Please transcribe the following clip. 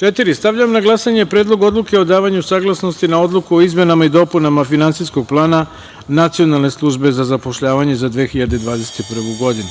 godinu.4. Stavljam na glasanje Predlog odluke o davanju saglasnosti na Odluku o izmenama i dopunama Finansijskog plana Nacionalne službe za zapošljavanje za 2021. godinu.